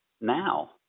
now